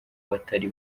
batari